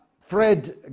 Fred